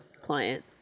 client